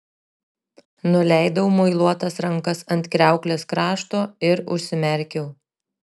nuleidau muiluotas rankas ant kriauklės krašto ir užsimerkiau